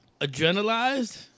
Adrenalized